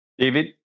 David